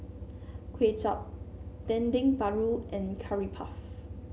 Kuay Chap Dendeng Paru and Curry Puff